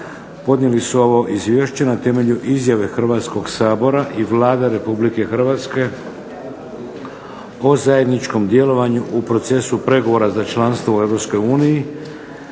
podnijeli su ovo izvješće na temelju izjave Hrvatskog sabora i Vlade RH o zajedničkom djelovanju u procesu pregovora za članstvo u EU.